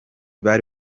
bari